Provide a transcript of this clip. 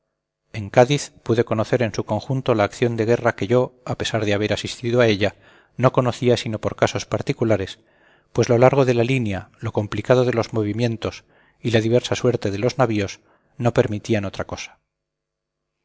en cádiz pude conocer en su conjunto la acción de guerra que yo a pesar de haber asistido a ella no conocía sino por casos particulares pues lo largo de la línea lo complicado de los movimientos y la diversa suerte de los navíos no permitían otra cosa